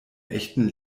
echten